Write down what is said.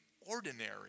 ordinary